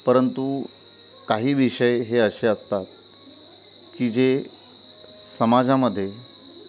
परंतु काही विषय हे असे असतात की जे समाजामध्ये